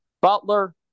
Butler